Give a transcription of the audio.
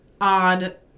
odd